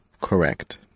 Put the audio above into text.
Correct